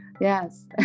Yes